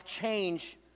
change